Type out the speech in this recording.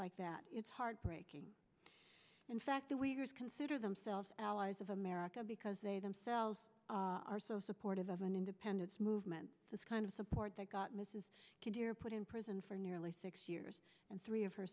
like that it's heartbreaking in fact the weavers consider themselves allies of america because they themselves are so supportive of an independence movement this kind of support they've got mrs kid you're put in prison for nearly six years and three of her